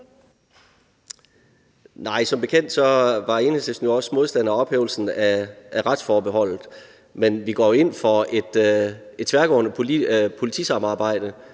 Nej, som bekendt var Enhedslisten jo også modstander af ophævelsen af retsforbeholdet, men vi går ind for et tværgående politisamarbejde